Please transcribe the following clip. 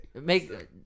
make